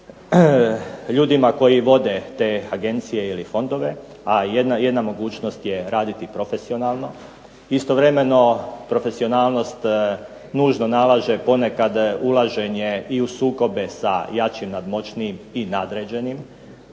ljudima koji vode te agencije ili fondove, a jedna mogućnost je raditi profesionalno. Istovremeno profesionalnost nužno nalaže ponekad ulaženje u sukobe sa jačim, nadmoćnijim i nadređenim,